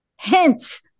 hints